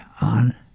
on